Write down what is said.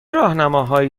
راهنماهایی